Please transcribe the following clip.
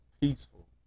peaceful